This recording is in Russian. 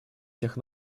всех